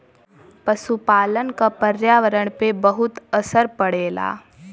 पसुपालन क पर्यावरण पे बहुत असर पड़ेला